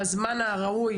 בזמן הראוי,